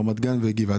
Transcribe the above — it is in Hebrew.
רמת גן וגבעתיים.